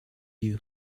you